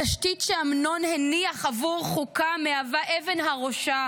התשתית שאמנון הניח עבור חוקה מהווה אבן הראשה